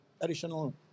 additional